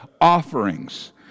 offerings